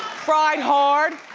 fried hard,